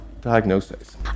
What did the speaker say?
diagnosis